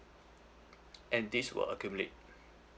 and this will accumulate